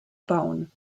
bauen